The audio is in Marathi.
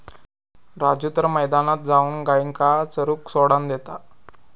राजू तर मैदानात जाऊन गायींका चरूक सोडान देता